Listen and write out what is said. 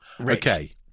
Okay